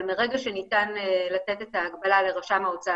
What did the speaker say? אבל מרגע שניתן לתת את ההגבלה לרשם ההוצאה